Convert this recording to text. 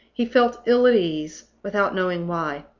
he felt ill at ease, without knowing why.